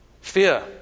Fear